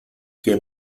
que